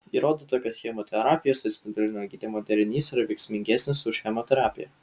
įrodyta kad chemoterapijos ir spindulinio gydymo derinys yra veiksmingesnis už chemoterapiją